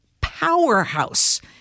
powerhouse